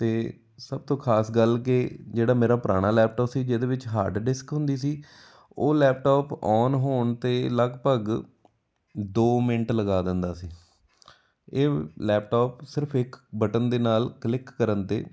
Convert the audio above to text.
ਅਤੇ ਸਭ ਤੋਂ ਖਾਸ ਗੱਲ ਕਿ ਜਿਹੜਾ ਮੇਰਾ ਪੁਰਾਣਾ ਲੈਪਟੋਪ ਸੀ ਜਿਹਦੇ ਵਿੱਚ ਹਾਰਡ ਡਿਸਕ ਹੁੰਦੀ ਸੀ ਉਹ ਲੈਪਟੋਪ ਔਨ ਹੋਣ 'ਤੇ ਲਗਭਗ ਦੋ ਮਿੰਟ ਲਗਾ ਦਿੰਦਾ ਸੀ ਇਹ ਲੈਪਟੋਪ ਸਿਰਫ ਇੱਕ ਬਟਨ ਦੇ ਨਾਲ ਕਲਿੱਕ ਕਰਨ 'ਤੇ